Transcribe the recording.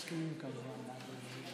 מסכימים כמובן להעביר את זה,